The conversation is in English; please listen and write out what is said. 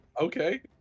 Okay